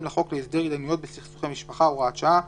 לחוק להסדר התדיינויות בסכסוכי משפחה (הוראת שעה),